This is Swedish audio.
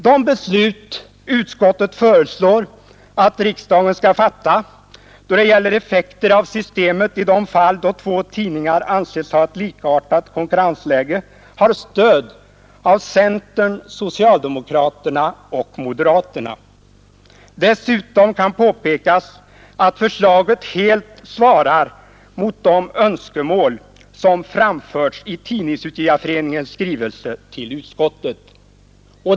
De beslut utskottet föreslår att riksdagen skall fatta då det gäller effekten av systemet i de fall då två tidningar anses ha ett likartat konkurrensläge har stöd av centern, socialdemokraterna och moderaterna. Dessutom kan påpekas att förslaget helt svarar mot de önskemål som framförts i Tidningsutgivareföreningens skrivelse till utskottet.